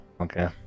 okay